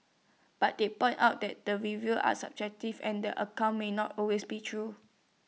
but they pointed out that the reviews are subjective and the accounts may not always be true